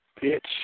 Pitch